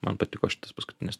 man patiko šitas paskutinis